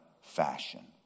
fashion